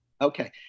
Okay